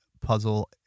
puzzle